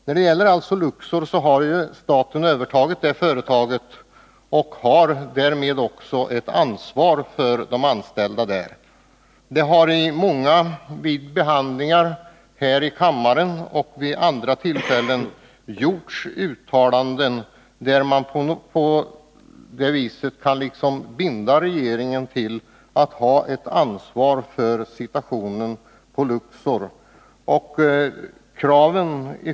När det gäller Luxor har ju staten övertagit det företaget. Därmed har staten också ett ansvar för de anställda där. Vid många tillfällen här i kammaren, och även vid andra tillfällen, har uttalanden gjorts som liksom binder regeringen att ta ett ansvar för situationen vid Luxor.